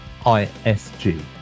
ISG